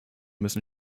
müssen